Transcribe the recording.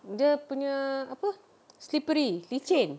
dia punya apa slippery licin